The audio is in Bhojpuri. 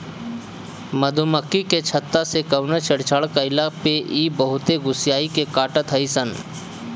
मधुमक्खी के छत्ता से कवनो छेड़छाड़ कईला पे इ बहुते गुस्सिया के काटत हई सन